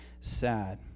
sad